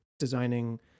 designing